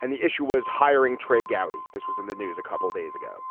and the issue was hiring trey gowdy. this was in the news a couple days ago.